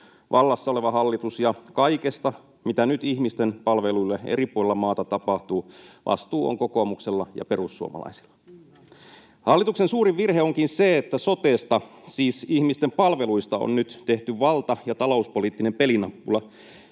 vallassa oleva hallitus, ja kaikesta, mitä nyt ihmisten palveluille eri puolilla maata tapahtuu, vastuu on kokoomuksella ja perussuomalaisilla. Hallituksen suurin virhe onkin se, että sotesta, siis ihmisten palveluista, on nyt tehty valta- ja talouspoliittinen pelinappula.